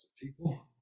people